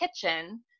Kitchen